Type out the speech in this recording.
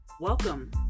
welcome